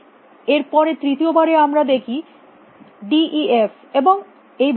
এর পরে তৃতীয় বারে আমরা দেখি ডি ই এফ এবং এইভাবে যায়